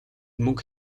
мөнгө